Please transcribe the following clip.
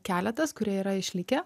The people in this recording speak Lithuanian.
keletas kurie yra išlikę